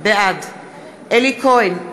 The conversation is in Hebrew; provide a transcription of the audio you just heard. בעד אלי כהן,